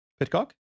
Pitcock